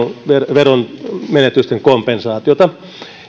veronmenetysten kompensaatiota